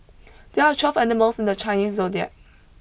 there are twelve animals in the Chinese zodiac